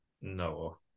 No